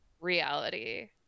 reality